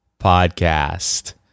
Podcast